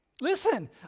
Listen